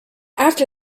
after